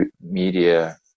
media